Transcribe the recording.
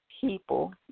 people